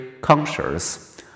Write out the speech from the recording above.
conscious